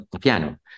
piano